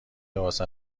لباس